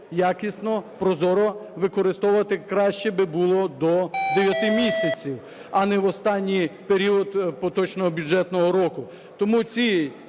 якісно, прозоро використовувати краще би було до дев'яти місяців, а не в останній період поточного бюджетного року. Тому ці